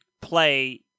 play